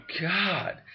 God